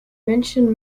münchen